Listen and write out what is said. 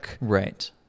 right